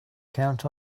count